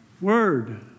Word